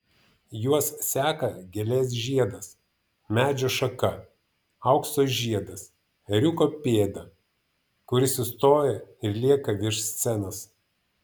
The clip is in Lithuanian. juos seka gėlės žiedas medžio šaka aukso žiedas ėriuko pėda kuri sustoja ir lieka virš scenos